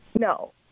No